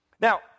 Now